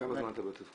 כמה זמן אתה בתפקיד?